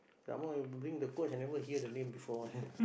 some more you bring the coach I never hear the name before one